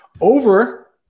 over